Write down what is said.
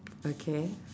okay